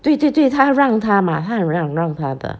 对对对他让她 mah 他很让让她的